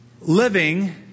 Living